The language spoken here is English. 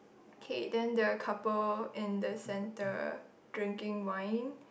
okay then there are a couple in the centre drinking wine